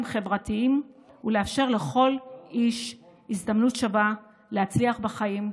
חברתיים ולאפשר לכל איש הזדמנות שווה להצליח בחיים,